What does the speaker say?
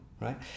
right